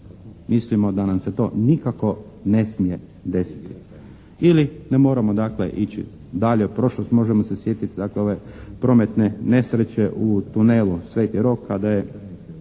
Mislimo da nam se to nikako ne smije desiti. I ne moramo dakle ići dalje u prošlost, možemo se sjetiti ove prometne nesreće u tunelu "Sveti Rok" kada je